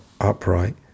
upright